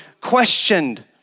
questioned